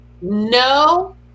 no